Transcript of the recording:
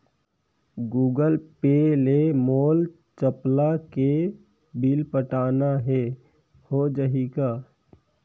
Google Pay ले मोल चपला के बिल पटाना हे, हो जाही का?